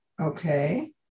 Okay